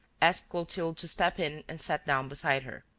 asked clotilde to step in and sat down beside her.